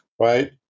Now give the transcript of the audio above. right